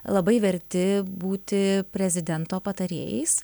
labai verti būti prezidento patarėjais